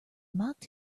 mocked